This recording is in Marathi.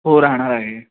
हो राहणार आहे